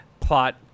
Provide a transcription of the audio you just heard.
plot